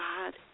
God